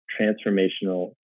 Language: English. transformational